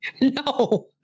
No